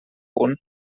punt